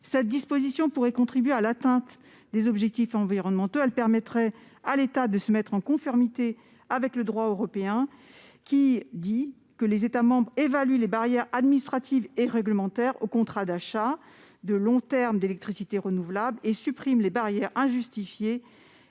cette disposition pourrait contribuer à l'atteinte des objectifs environnementaux, elle permettrait à l'État de se mettre en conformité avec le droit européen qui dit que les États membres et évalue les barrières administratives et réglementaires au contrat d'achat de long terme d'électricité renouvelable et supprime les barrières injustifiées